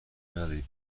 نداری